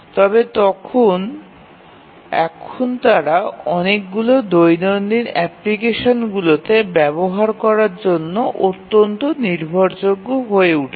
তবে এখন তারা অনেকগুলি দৈনিক অ্যাপ্লিকেশনগুলিতে ব্যবহার করার জন্য অত্যন্ত নির্ভরযোগ্য হয়ে উঠেছে